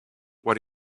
what